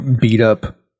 beat-up